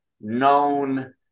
known